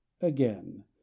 again